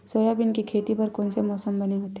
Soybean के खेती बर कोन से मौसम बने होथे?